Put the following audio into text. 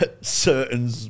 certain